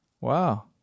Wow